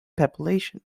population